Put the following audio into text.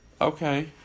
Okay